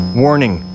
Warning